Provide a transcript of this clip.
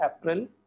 April